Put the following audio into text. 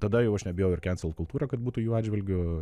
tada jau aš nebijau ir kensel kultūra kad būtų jų atžvilgiu